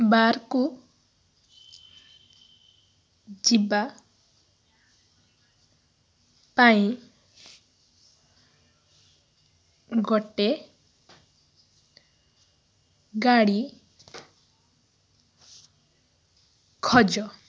ବାର୍କୁ ଯିବା ପାଇଁ ଗୋଟେ ଗାଡ଼ି ଖୋଜ